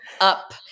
up